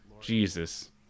Jesus